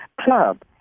club